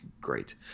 great